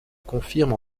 confirme